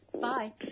bye